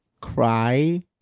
Cry